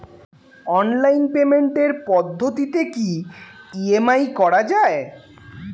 Online পেমেন্টের পদ্ধতিতে কি ই.এম.আই করা যায়?